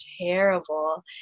terrible